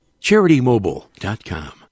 CharityMobile.com